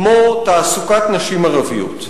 כמו תעסוקת נשים ערביות,